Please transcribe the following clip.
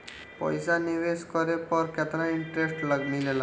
पईसा निवेश करे पर केतना इंटरेस्ट मिलेला?